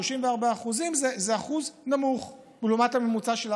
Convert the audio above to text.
34% זה אחוז נמוך לעומת הממוצע,